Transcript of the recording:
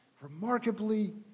remarkably